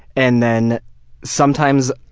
and then sometimes